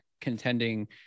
contending